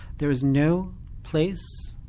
there is no place,